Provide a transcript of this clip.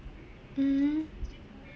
mmhmm